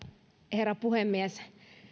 herra puhemies